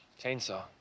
Chainsaw